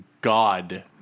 God